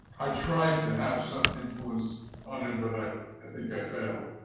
i tried to have some influence on him, but i i think i failed.